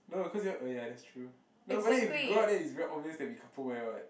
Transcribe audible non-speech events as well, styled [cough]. no cause [noise] oh ya that's true no but then if we go out it's very obvious that we couple wear what